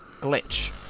glitch